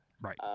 Right